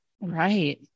Right